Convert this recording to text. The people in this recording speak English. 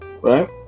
right